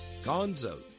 gonzo